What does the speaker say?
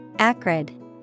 Acrid